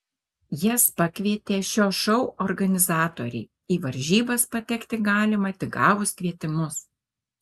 jas pakvietė šio šou organizatoriai į varžybas patekti galima tik gavus kvietimus